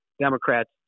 Democrats